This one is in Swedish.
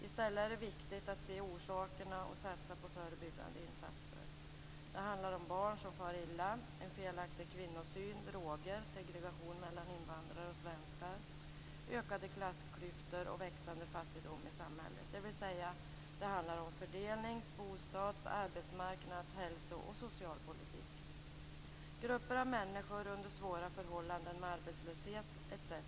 I stället är det viktigt att se orsakerna och satsa på förebyggande insatser. Det handlar om barn som far illa, en felaktig kvinnosyn, droger, segregation mellan invandrare och svenskar, ökade klassklyftor och växande fattigdom i samhället dvs. fördelnings-, bostads-, arbetsmarknads-, hälso och socialpolitik. Grupper av människor - under svåra förhållanden med arbetslöshet etc.